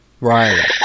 Right